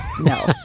No